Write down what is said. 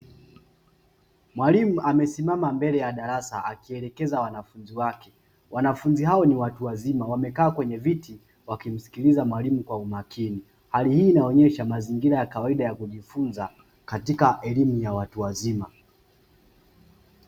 Mwalimu amesimama mbele ya darasa akielekeza wanafunzi wake, wanafunzi hao ni watu wazima na wamekaa kwenye viti wakimsikiliza mwalimu kwa umakini. Hali hii inaonyesha mazingira ya kawaida ya kujifunza katika elimu ya watu wazima.